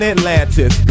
Atlantis